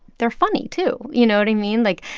they're funny, too. you know what i mean? like,